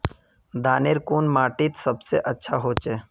धानेर कुन माटित सबसे अच्छा होचे?